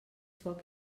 foc